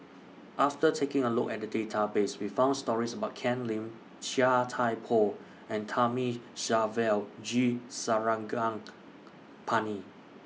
after taking A Look At The Database We found stories about Ken Lim Chia Thye Poh and Thamizhavel G Sarangapani